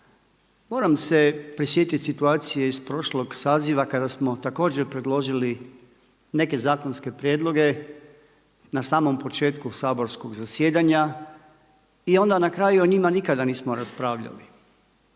moram se prisjetiti situacije iz prošlog saziva kada smo također predložili neke zakonske prijedloge na samom početku saborskog zasjedanja i onda na kraju o njima nikada nismo raspravljali.